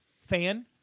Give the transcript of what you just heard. fan